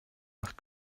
nach